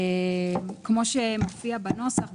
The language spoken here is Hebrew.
כמו שמופיע בנוסח,